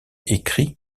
écrit